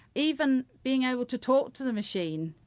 even being able to talk to the machine,